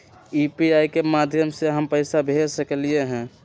UPI के माध्यम से हम पैसा भेज सकलियै ह?